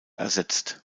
ersetzt